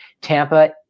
Tampa